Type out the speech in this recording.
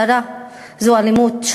הדרה זו אלימות.